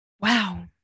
Wow